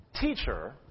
teacher